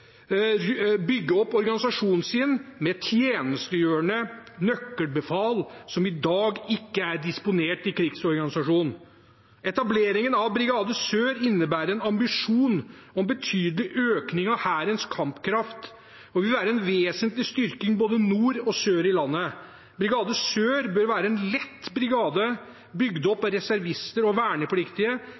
sin med tjenestegjørende nøkkelbefal som i dag ikke er disponert i krigsorganisasjonen. Etableringen av Brigade Sør innebærer en ambisjon om en betydelig økning av Hærens kampkraft og vil være en vesentlig styrking både nord og sør i landet. Brigade Sør bør være en lett brigade, bygd opp av reservister og vernepliktige.